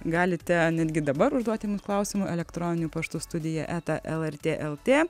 galite netgi dabar užduoti klausimų elektroniniu paštu studija eta lrt lt